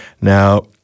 Now